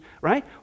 right